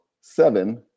seven